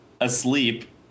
asleep